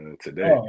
today